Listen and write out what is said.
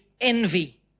envy